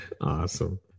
Awesome